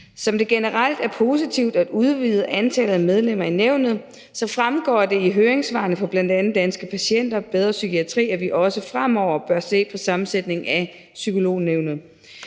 Det er generelt positivt at udvide antallet af medlemmer i nævnet, og det fremgår af høringssvarene fra bl.a. Danske Patienter og Bedre Psykiatri, at vi også fremover bør sikre sammensætningen af Psykolognævnet.